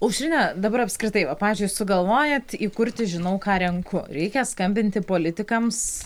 aušrine dabar apskritai va pavyzdžiui sugalvojat įkurti žinau ką renku reikia skambinti politikams